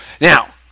Now